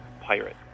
pirate